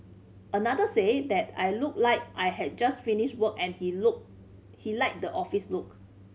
another said that I looked like I had just finished work and he look he liked the office look